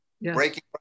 breaking